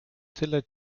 tyle